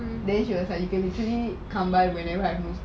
then she was like you can easily come by whenever